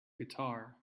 guitar